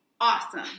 awesome